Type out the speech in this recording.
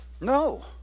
No